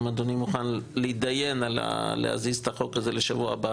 אם אדוני מוכן להתדיין על להזיז את החוק הזה לשבוע הבא,